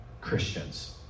Christians